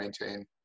maintain